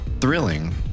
thrilling